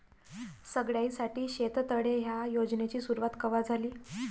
सगळ्याइसाठी शेततळे ह्या योजनेची सुरुवात कवा झाली?